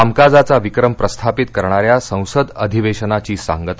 कामकाजाचा विक्रम प्रस्थापित करणाऱ्या संसद अधिवेशनाची सांगता